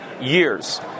years